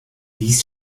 dies